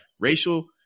racial